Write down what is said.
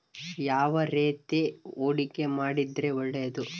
ಯಾವ ರೇತಿ ಹೂಡಿಕೆ ಮಾಡಿದ್ರೆ ಒಳ್ಳೆಯದು?